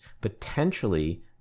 potentially